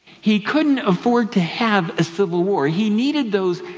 he couldn't afford to have a civil war. he needed those